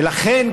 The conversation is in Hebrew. ולכן,